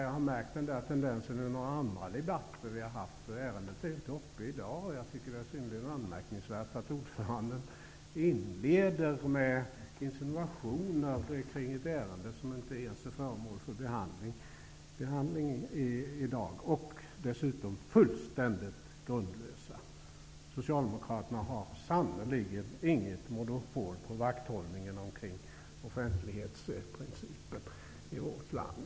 Jag har märkt denna tendens i några andra debatter som vi har haft, men de frågorna är inte uppe till behandling i dag. Jag tycker att det är synnerligen anmärkningsvärt att ordföranden inleder med insinuationer kring ett ärende som inte ens är föremål för behandling i dag, dessutom fullständigt grundlösa. Socialdemokraterna har sannerligen inget monopol på vakthållningen omkring offentlighetsprincipen i vårt land.